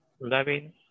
loving